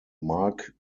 mark